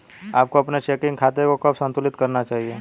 आपको अपने चेकिंग खाते को कब संतुलित करना चाहिए?